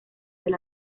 del